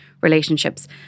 relationships